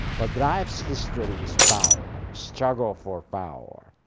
but drives history is power, struggle for power.